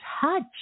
touch